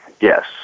Yes